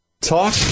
Talk